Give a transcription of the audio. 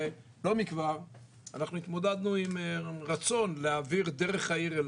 ולא מכבר אנחנו התמודדנו עם רצון להעביר דרך העיר אילת,